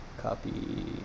Copy